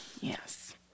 Yes